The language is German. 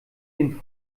den